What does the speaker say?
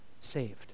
Saved